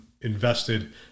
invested